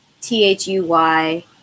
T-H-U-Y